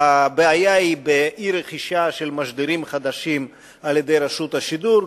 הבעיה היא באי-רכישה של משדרים חדשים על-ידי רשות השידור,